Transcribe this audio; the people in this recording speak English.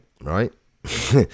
Right